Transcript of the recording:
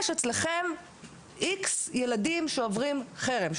יש אצלכם איקס ילדים שעוברים חרם,